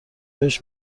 بهش